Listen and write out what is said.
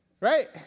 Right